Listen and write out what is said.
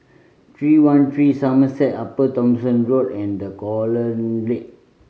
Three One Three Somerset Upper Thomson Road and The Colonnade